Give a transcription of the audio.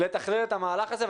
לתכלל את המהלך הזה.